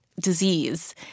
disease